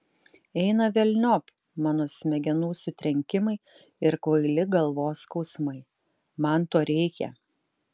eina velniop mano smegenų sutrenkimai ir kvaili galvos skausmai man to reikia